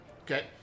okay